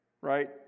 Right